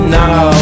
now